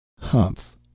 humph